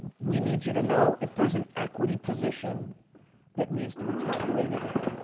we need you to know if there's an equity position that needs to be tabulated in.